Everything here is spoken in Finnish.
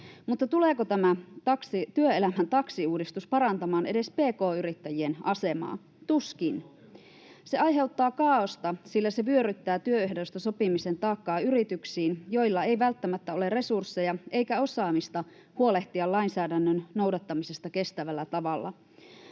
Mutta tuleeko tämä työelämän taksiuudistus parantamaan edes pk-yrittäjien asemaa? Tuskin. [Juho Eerola: Kas kun ei sote-uudistus!] Se aiheuttaa kaaosta, sillä se vyöryttää työehdoista sopimisen taakkaa yrityksiin, joilla ei välttämättä ole resursseja eikä osaamista huolehtia lainsäädännön noudattamisesta kestävällä tavalla.